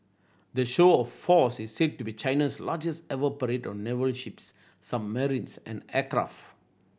the show of force is said to be China's largest ever parade of naval ships submarines and aircraft